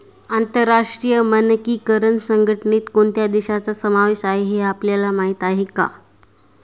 आंतरराष्ट्रीय मानकीकरण संघटनेत कोणत्या देशांचा समावेश आहे हे आपल्याला माहीत आहे का?